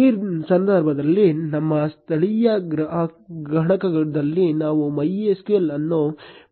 ಈ ಸಂದರ್ಭದಲ್ಲಿ ನಮ್ಮ ಸ್ಥಳೀಯ ಗಣಕದಲ್ಲಿ ನಾವು MySQL ಅನ್ನು